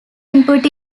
input